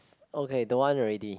okay don't want already